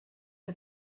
que